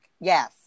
Yes